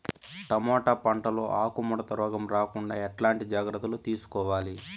Tomato పంట లో ఆకు ముడత రోగం రాకుండా ఎట్లాంటి జాగ్రత్తలు తీసుకోవాలి?